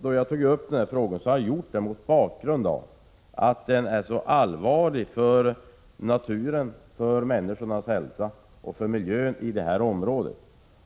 Då jag tagit upp den här frågan har jag gjort det mot bakgrund av att föroreningarna är så allvarliga för naturen, för människornas hälsa och för miljön i området.